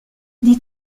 dis